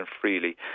freely